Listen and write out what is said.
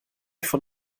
von